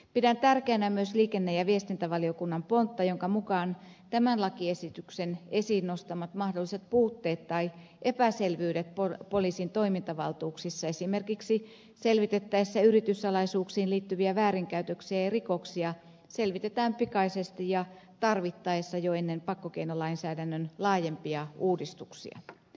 pidän tärkeänä myös liikenne ja viestintävaliokunnan pontta jonka mukaan tämän lakiesityksen esiin nostamat mahdolliset puutteet tai epäselvyydet poliisin toimintavaltuuksissa esimerkiksi selvitettäessä yrityssalaisuuksiin liittyviä väärinkäytöksiä ja rikoksia selvitetään pikaisesti ja tarvittaessa jo ennen pakkokeinolainsäädännön laajempia uudistuksia